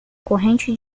corrente